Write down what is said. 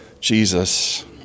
Jesus